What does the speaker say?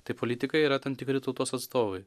tai politikai yra tam tikri tautos atstovai